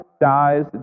dies